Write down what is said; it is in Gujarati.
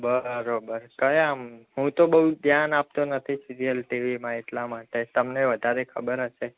બરોબર કયા આમ હું તો બહુ ધ્યાન આપતો નથી સિરિયલ ટીવીમાં એટલા માટે તમને વધારે ખબર હશે